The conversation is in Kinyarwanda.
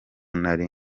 nari